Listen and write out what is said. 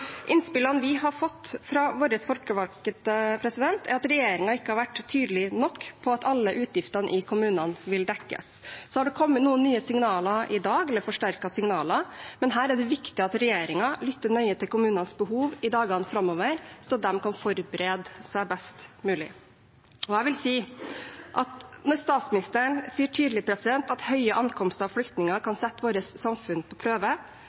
Innspillene vi har fått fra våre folkevalgte, er at regjeringen ikke har vært tydelig nok på at alle utgiftene i kommunene vil dekkes. Det har kommet noen forsterkede signaler i dag, men her er det viktig at regjeringen lytter nøye til kommunenes behov i dagene framover, så de kan forberede seg best mulig. Jeg vil si at når statsministeren sier tydelig at høye ankomster av flyktninger kan sette vårt samfunn på prøve,